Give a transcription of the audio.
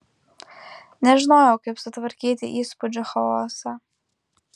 nežinojau kaip sutvarkyti įspūdžių chaosą